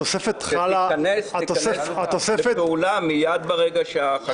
שתיכנס לפעולה מייד ברגע שהחקיקה מתקבלת.